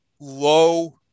low